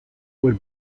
would